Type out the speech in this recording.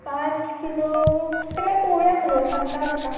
पांच किलो तें माय पोवया मुगो सांगता हांव तुका